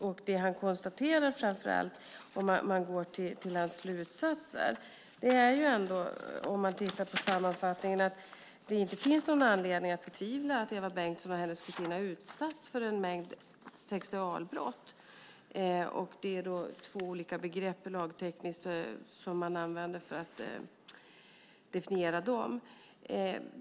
Om man tittar på sammanfattningen kan man se att det som han framför allt konstaterar i sina slutsatser är att det inte finns någon anledning att betvivla att Eva Bengtsson och hennes kusin har utsatts för en mängd sexualbrott, och det är två olika lagtekniska begrepp som man använder för att definiera dem.